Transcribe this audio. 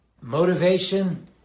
motivation